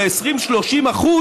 נמוכים ב-20% 30%,